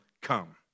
come